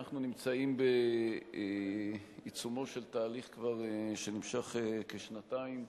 אנחנו נמצאים בעיצומו של תהליך שנמשך כבר כשנתיים,